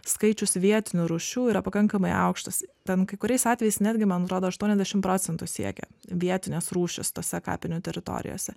skaičius vietinių rūšių yra pakankamai aukštas ten kai kuriais atvejais netgi man atrodo aštuoniasdešimt procentų siekia vietinės rūšys tose kapinių teritorijose